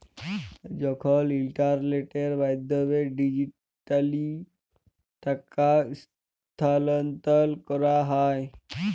যখল ইলটারলেটের মাধ্যমে ডিজিটালি টাকা স্থালাল্তর ক্যরা হ্যয়